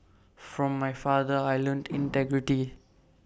from my father I learnt integrity